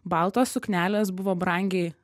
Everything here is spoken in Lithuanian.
baltos suknelės buvo brangiai